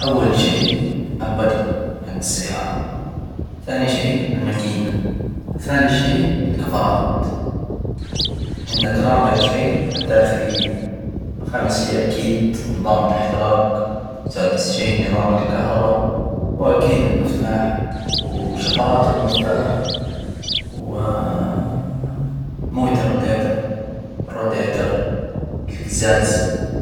أول شي البضى حج السيارة، ثاني شي، الماكينة، ثالث شي الكفرات. عندك رابع شي، الداخلية خامس شي، أكيد نظام الاحتراج، سادس شي، نظام الكهرباء، وأكيد المفتاح وشفرات المفتاح، و موية الروديتر -الروديتر القزاز.